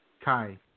Kai